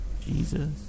Jesus